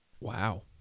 Wow